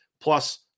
plus